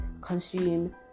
consume